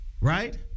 right